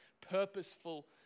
purposeful